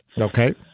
Okay